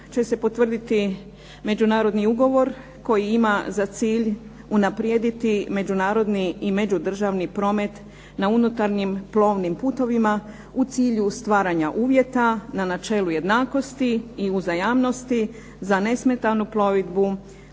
će se potvrditi međunarodni ugovor koji ima za cilj unaprijediti međunarodni i međudržavni promet na unutarnjim plovnim putovima u cilju stvaranja uvjeta na načelu jednakosti i uzajamnosti na nesmetanu plovidbu